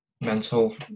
mental